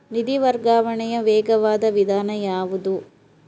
ನಿಧಿ ವರ್ಗಾವಣೆಯ ವೇಗವಾದ ವಿಧಾನ ಯಾವುದು?